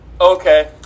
okay